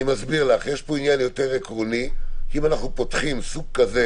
אני מסביר לך: יש פה עניין יותר עקרוני כי אם אנחנו פותחים סוג כזה